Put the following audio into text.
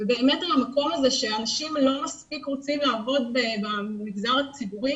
ובאמת היום הקול הזה שאנשים לא מספיק רוצים לעבוד במגזר הציבורי,